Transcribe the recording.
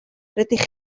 rydych